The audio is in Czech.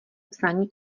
psaní